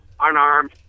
unarmed